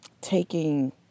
taking